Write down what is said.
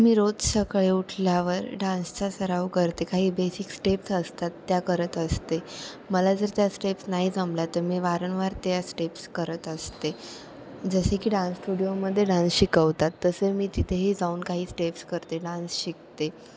मी रोज सकाळी उठल्यावर डान्सचा सराव करते काही बेसिक स्टेप्स असतात त्या करत असते मला जर त्या स्टेप्स नाही जमल्या तर मी वारंवार त्या स्टेप्स करत असते जसे की डान्स स्टुडिओमध्ये डान्स शिकवतात तसे मी तिथेही जाऊन काही स्टेप्स करते डान्स शिकते